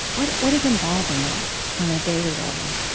what what is involved in that on a daily level?